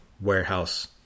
warehouse